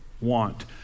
want